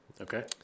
Okay